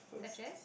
such as